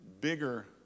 bigger